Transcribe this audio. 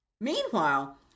Meanwhile